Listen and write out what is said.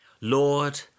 Lord